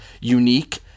unique